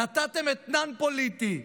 נתתם אתנן פוליטי.